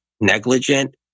negligent